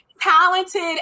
talented